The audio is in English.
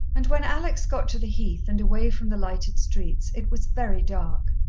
and when alex got to the heath and away from the lighted streets, it was very dark.